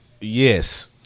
yes